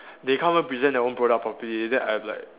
they can't even present their own product properly then I'm like